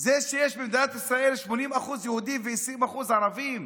זה שיש במדינת ישראל 80% יהודים ו-20% ערבים,